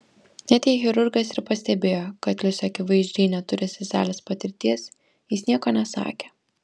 net jei chirurgas ir pastebėjo kad liusė akivaizdžiai neturi seselės patirties jis nieko nesakė